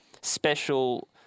special